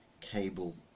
cable